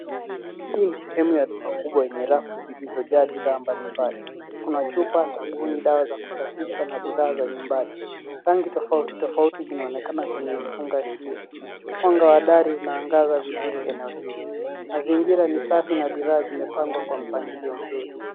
Hii ni sehemu ya duka kubwa yenye rafu zilizojaa bidhaa mbalimbali. Kuna chupa, sabuni, dawa za kusafisha na bidhaa za nyumbani. Rangi tofauti tofauti zinaonekana kwenye fungashio. Mwanga wa dari unaangaza vizuri eneo hilo. Mazingira ni safi na bidhaa zimepangwa kwa mpangilio mzuri.